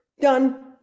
Done